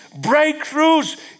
breakthroughs